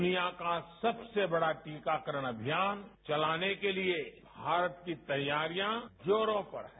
दुनिया का सबसे बड़ा टीकाकरण अभियान चलाने के लिए भारत की तैयारियां जोरों पर हैं